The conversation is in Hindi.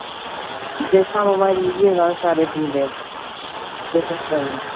जी जैसा मोबाइल लीजिएगा वैसा रेट मिलेगा एक दम